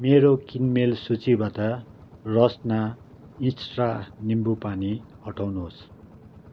मेरो किनमेल सूचीबात रस्ना इन्स्टा निम्बु पानी हटाउनुहोस्